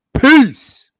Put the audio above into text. Peace